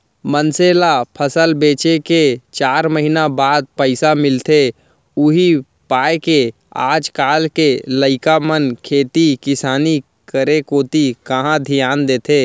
मनसे ल फसल बेचे के चार महिना बाद पइसा मिलथे उही पायके आज काल के लइका मन खेती किसानी करे कोती कहॉं धियान देथे